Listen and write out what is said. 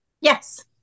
yes